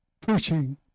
preaching